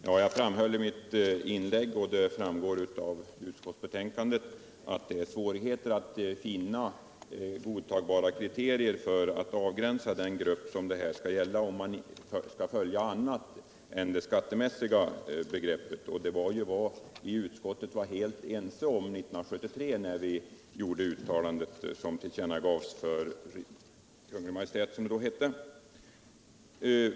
Herr talman! Jag framhöll i mitt anförande, och det framgår också av utskottsbetänkandet, att det är svårt att finna godtagbara kriterier för att avgränsa den grupp som det här skall gälla, om man inte skall följa något annat än det skattemässiga begreppet. Det var också utskottet helt ense om 1973, när vi gjorde ett uttalande som tillkännagavs för Kungl. Maj:t.